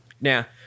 Now